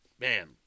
Man